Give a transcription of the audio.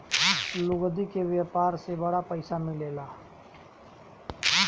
लुगदी के व्यापार से बड़ी पइसा मिलेला